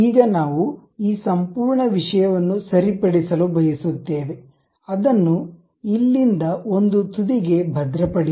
ಈಗ ನಾವು ಈ ಸಂಪೂರ್ಣ ವಿಷಯವನ್ನು ಸರಿಪಡಿಸಲು ಬಯಸುತ್ತೇವೆ ಅದನ್ನು ಇಲ್ಲಿಂದ ಒಂದು ತುದಿಗೆ ಭದ್ರಪಡಿಸಿ